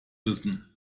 wissen